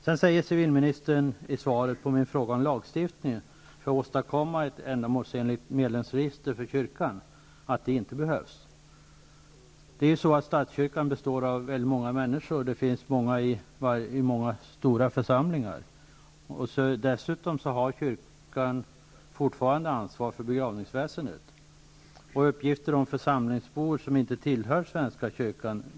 Beträffande min fråga om lagstiftning för att åstadkomma ett ändamålsenligt medlemsregister för kyrkan säger civilministern i svaret att någon sådan inte behövs. Statskyrkan består av väldigt många människor, och det finns många stora församlingar. Dessutom har kyrkan fortfarande ansvar för begravningsväsendet, men saknar uppgifter om församlingsbor som inte tillhör svenska kyrkan.